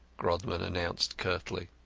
grodman announced curtly.